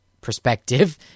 perspective